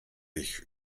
ich